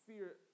Fear